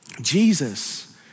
Jesus